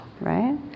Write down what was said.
right